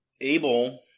Abel